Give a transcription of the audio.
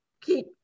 keep